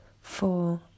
four